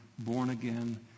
born-again